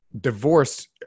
divorced